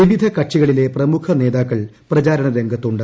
വിവിധ കക്ഷികളിലെ പ്രമുഖ നേതാക്കൾ പ്രചാരണ രംഗത്തുണ്ട്